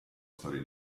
storia